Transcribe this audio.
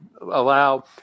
allow